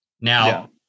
Now